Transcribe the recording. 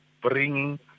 bringing